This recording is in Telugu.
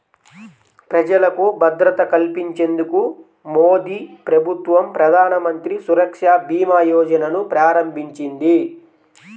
ప్రజలకు భద్రత కల్పించేందుకు మోదీప్రభుత్వం ప్రధానమంత్రి సురక్ష భీమా యోజనను ప్రారంభించింది